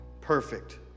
perfect